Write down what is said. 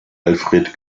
alfred